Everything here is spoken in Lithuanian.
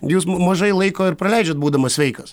jūs mažai laiko ir praleidžiat būdamas sveikas